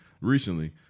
recently